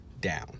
down